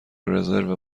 رزرو